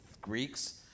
Greeks